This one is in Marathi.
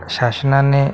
शासनाने